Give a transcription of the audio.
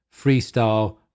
Freestyle